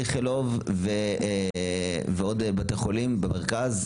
איכילוב ועוד בתי חולים במרכז,